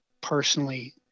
personally